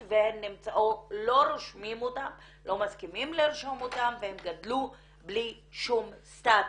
ולא רושמים אותן ולא מסכימים לרשום אותן והן גדלו בלי שום סטטוס.